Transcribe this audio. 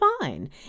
fine